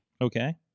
okay